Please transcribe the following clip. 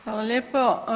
Hvala lijepo.